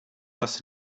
was